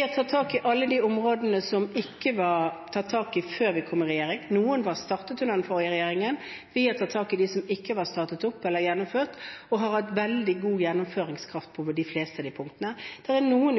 har tatt tak i alle de områdene som ikke var tatt tak i før vi kom i regjering. Noe ble startet under den forrige regjeringen, vi har tatt tak i det som ikke var startet opp eller gjennomført, og har hatt veldig god gjennomføringskraft på de fleste av de punktene. Det er noen